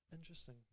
Interesting